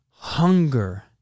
Hunger